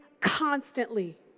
constantly